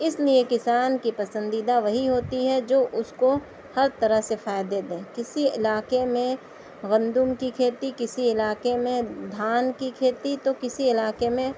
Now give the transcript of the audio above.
اِس لیے کسان کی پسندیدہ وہی ہوتی ہے جو اُس کو ہر طرح سے فائدے دیں کسی علاقے میں گندم کی کھیتی کسی علاقے میں دھان کی کھیتی تو کسی علاقے میں